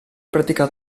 pratico